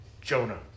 Jonah